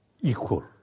equal